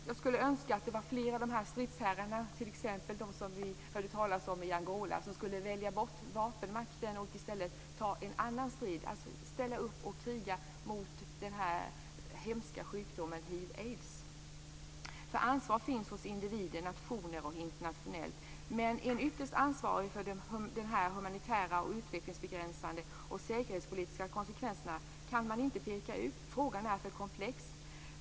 Jag skulle önska att det var fler av sådana stridsherrar som vi hörde talas om i Angola som skulle välja bort vapenmakten och i stället tog en annan makt och ställde upp för att kriga mot den hemska sjukdomen hiv/aids. Ansvar finns individuellt, nationellt och internationellt, men en ytterst ansvarig för de humanitära, utvecklingsbegränsande och säkerhetspolitiska konsekvenserna kan inte pekas ut. Frågan är för komplex.